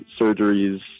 surgeries